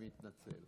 אני מתנצל.